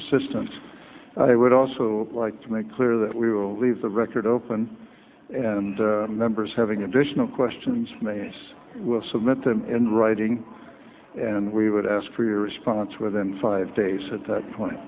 assistance i would also like to make clear that we will leave the record open and members having additional questions will submit them in writing and we would ask for your response within five days at that point